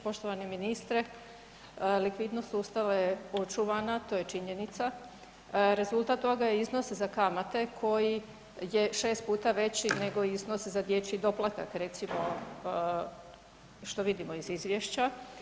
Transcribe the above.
Poštovani ministre, likvidnost ustava je očuvana, to je činjenica, rezultat toga je iznos za kamate koji je 6 puta veći nego iznos za dječji doplatak, recimo što vidimo iz izvješća.